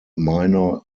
minor